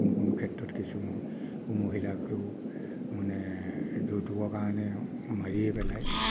কোনো কোনো ক্ষেত্ৰত কিছু মহিলাকো মানে যৌতুকৰ কাৰণেও মাৰিয়ে পেলাই